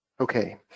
Okay